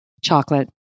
Chocolate